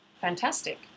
Fantastic